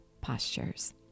postures